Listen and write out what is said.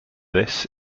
this